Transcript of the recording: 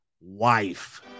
wife